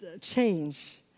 change